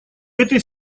этой